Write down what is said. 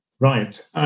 Right